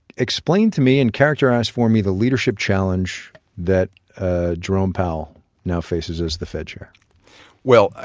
explain to me and characterize for me the leadership challenge that ah jerome powell now faces as the fed chair well.